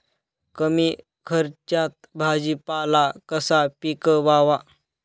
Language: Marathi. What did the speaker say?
कमी खर्चात भाजीपाला कसा पिकवावा?